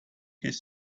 his